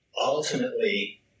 ultimately